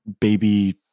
baby